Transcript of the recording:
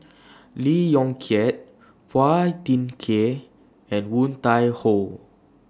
Lee Yong Kiat Phua Thin Kiay and Woon Tai Ho